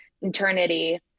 eternity